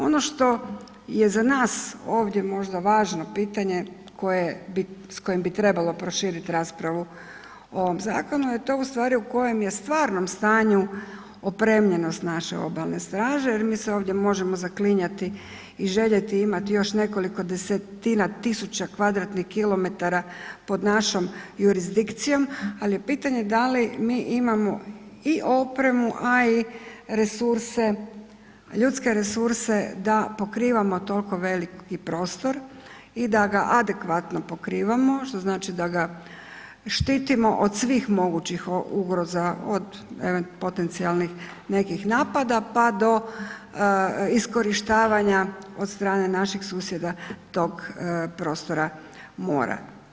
Ono što je za nas ovdje možda važno pitanje koje bi, s kojim bi trebalo proširit raspravu o ovom zakonu, je to u stvari u kojem je stvarnom stanju opremljenost naše obalne straže jer mi se ovdje možemo zaklinjati i željeti imati još nekoliko desetina tisuća km2 pod našom jurisdikcijom, al je pitanje da li mi imamo i opremu, a i resurse, ljudske resurse da pokrivamo toliko veliki prostor i da ga adekvatno pokrivamo, što znači da ga štitimo od svih mogućih ugroza, od potencijalnih nekih napada, pa do iskorištavanja od strane naših susjeda tog prostora mora.